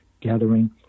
gathering